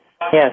Yes